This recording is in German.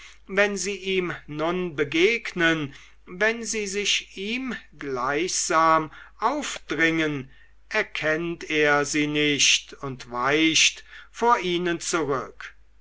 wenn sie ihm nun begegnen wenn sie sich ihm gleichsam aufdringen erkennt er sie nicht und weicht vor ihnen zurück